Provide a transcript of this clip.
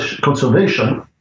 conservation